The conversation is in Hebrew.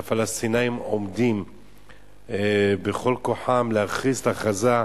והפלסטינים עומדים בכל כוחם להכריז את ההכרזה,